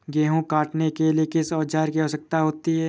गेहूँ काटने के लिए किस औजार की आवश्यकता होती है?